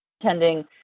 attending